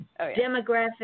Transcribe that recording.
demographic